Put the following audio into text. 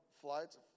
flights